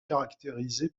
caractérisée